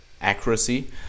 accuracy